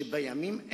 שבימים אלה,